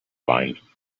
line